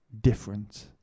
different